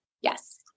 Yes